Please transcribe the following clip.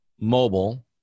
mobile